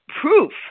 proof